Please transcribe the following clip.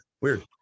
Weird